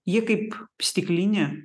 jie kaip stiklinė